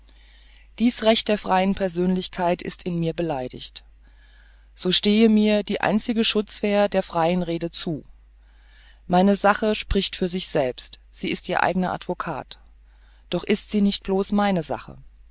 dies recht der freien persönlichkeit ist in mir beleidigt so stehe mir die einzige schutzwehr der freien rede zu meine sache spricht für sich selbst sie ist ihr eigner advocat doch ist sie nicht bloß meine sache